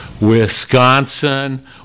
Wisconsin